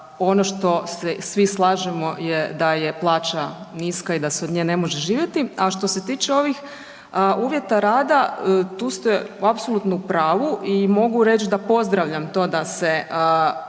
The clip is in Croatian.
Ono što se svi slažemo da je plaća niska i da se od nje ne može živjeti. A što se tiče ovih uvjeta rada, tu ste apsolutno u pravu i mogu reći da pozdravljam to da se